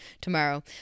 tomorrow